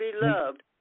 beloved